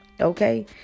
Okay